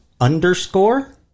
underscore